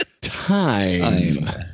Time